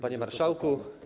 Panie Marszałku!